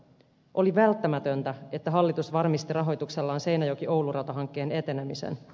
oli välttämätöntä että hallitus varmisti rahoituksellaan seinäjokioulu ratahankkeen etenemisen